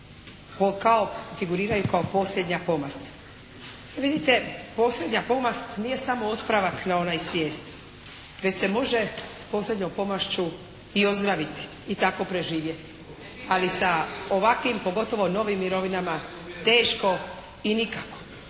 figurirao kao posljednja pomast. E vidite, posljednja pomast nije samo otpravak na onaj svijet već se može s posljednjom pomašću i ozdraviti i tako preživjeti. Ali sa ovakvim, pogotovo novim mirovinama teško i nikako.